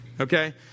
Okay